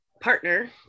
partner